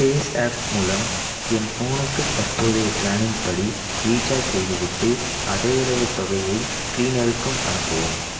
பேஸாப் மூலம் என் ஃபோனுக்கு தற்போதைய பிளானின் படி ரீசார்ஜ் செய்துவிட்டு அதேயளவு தொகையை கிளீனருக்கும் அனுப்பவும்